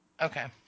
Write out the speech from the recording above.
Okay